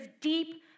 deep